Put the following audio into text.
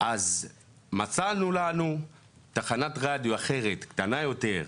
אז מצאנו לנו תחנת רדיו אחרת, קטנה יותר.